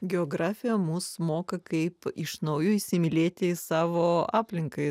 geografija mus moka kaip iš naujo įsimylėti į savo aplinką į